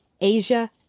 Asia